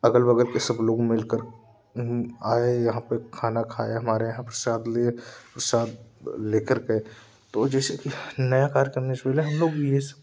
अगल बगल के सब लोग मिलकर आए यहाँ पर खाना खाया हमारे यहाँ प्रसाद लिए सब लेकर गए तो जैसे कि नया कार्य करने से पहले हम लोग ये स